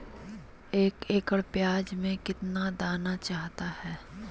एक एकड़ प्याज में कितना दाना चाहता है?